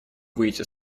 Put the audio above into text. выйти